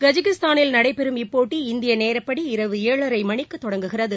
கஜகிஸ்தானில் நடைபெறும் இப்போட்டி இந்தியநேரப்படி இரவு ஏழரைமணிக்குதொடங்குகிறது